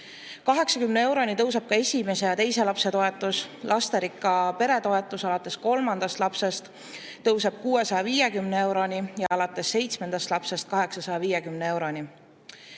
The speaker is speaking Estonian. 80 euroni tõuseb ka esimese ja teise lapse toetus, lasterikka pere toetus alates kolmandast lapsest tõuseb 650 euroni ja alates seitsmendast lapsest 850 euroni.